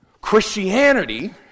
Christianity